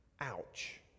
Ouch